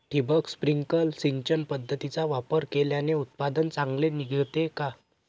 ठिबक, स्प्रिंकल सिंचन पद्धतीचा वापर केल्याने उत्पादन चांगले निघते का?